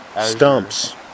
Stumps